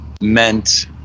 meant